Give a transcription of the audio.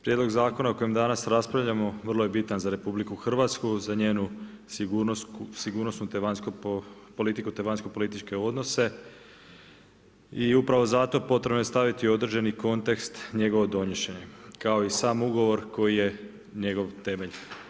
Prijedlog zakona o kojem danas raspravljamo vrlo je bitan za Republiku Hrvatsku, za njenu sigurnosnu te vanjsku politiku i vanjsko političke odnose i upravo zato potrebno je staviti određeni kontekst na njegovo donošenje kao i sam ugovor koji je njegov temelj.